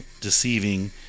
deceiving